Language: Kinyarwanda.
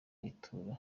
ituro